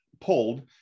pulled